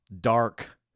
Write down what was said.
dark